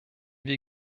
wir